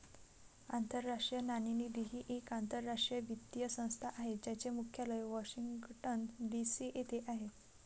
आंतरराष्ट्रीय नाणेनिधी ही एक आंतरराष्ट्रीय वित्तीय संस्था आहे ज्याचे मुख्यालय वॉशिंग्टन डी.सी येथे आहे